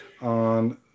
on